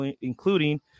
including